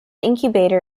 incubator